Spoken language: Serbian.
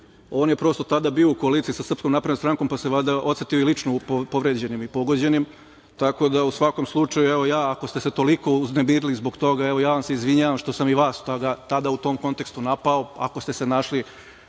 on je prosto tada bio u koaliciji sa SNS, pa se valjda osetio lično povređenim i pogođenim. Tako da u svakom slučaju, evo, ja, ako ste se toliko uznemirili zbog toga, evo ja vam se izvinjavam što sam i vas tada, tada u tom kontekstu napao, ako ste našli